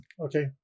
okay